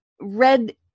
red